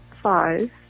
five